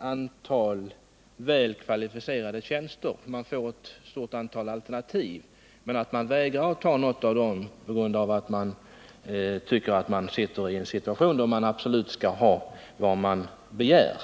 erbjuds ett stort antal kvalificerade tjänster vägrar att ta någon av dessa tjänster därför att vederbörande anser sig ha rätt att få den tjänst han eller hon begär?